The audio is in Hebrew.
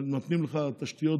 נותנים לך תשתיות